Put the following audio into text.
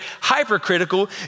hypercritical